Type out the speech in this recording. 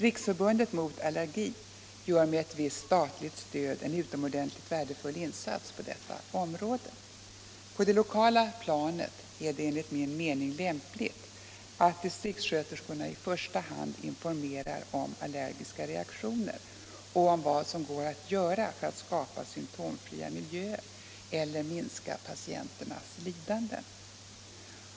Riksförbundet mot allergi gör med ett visst statligt stöd en utomordentligt värdefull insats på detta område. På det lokala planet är det enligt min mening lämpligt att distriktssköterskorna i första hand informerar om allergiska reaktioner och om vad som går att göra för att skapa symtomfria miljöer eller minska patienternas lidanden.